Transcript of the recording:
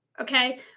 Okay